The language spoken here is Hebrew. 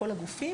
כל הגופים,